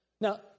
Now